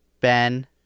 Ben